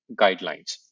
guidelines